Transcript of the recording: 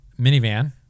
minivan